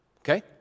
okay